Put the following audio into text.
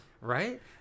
Right